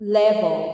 level